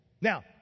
Now